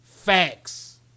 Facts